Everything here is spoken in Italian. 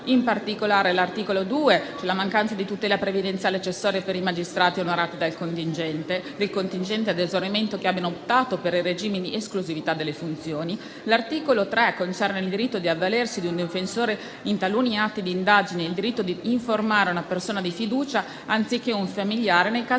In particolare, l'articolo 2 concerne le tutele previdenziali accessorie per i magistrati onorari del contingente a esaurimento che abbiano optato per il regime di esclusività delle funzioni. L'articolo 3 concerne il diritto di avvalersi di un difensore in taluni atti di indagine e il diritto di informare una persona di fiducia, anziché un familiare nei casi